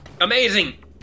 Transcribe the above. amazing